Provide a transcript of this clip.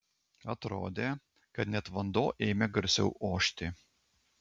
atrodė kad net vanduo ėmė garsiau ošti